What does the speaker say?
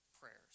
prayers